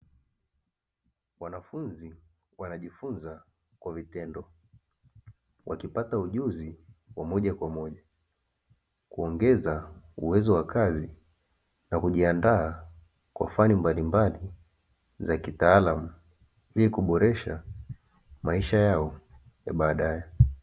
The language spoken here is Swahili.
Wanafunzi wanajifunza kwa vitendo, wakipata ujuzi wa moja kwa moja kuongeza uwezo wa kazi na kujiandaa kwa fani mbalimbali za kitaalamu, ili kuboresha maisha yao ya baadaye.